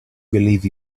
believe